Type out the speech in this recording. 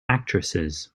actresses